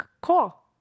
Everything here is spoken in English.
Cool